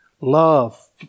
Love